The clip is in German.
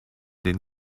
den